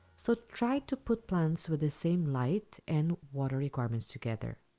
so, try to put plants with the same light, and water requirements together.